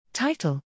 Title